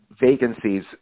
vacancies